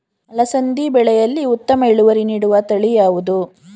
ಅಲಸಂದಿ ಬೆಳೆಯಲ್ಲಿ ಉತ್ತಮ ಇಳುವರಿ ನೀಡುವ ತಳಿ ಯಾವುದು?